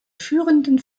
führenden